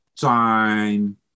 time